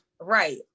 Right